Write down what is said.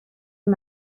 های